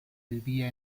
vivía